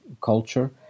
culture